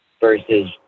versus